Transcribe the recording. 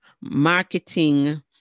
marketing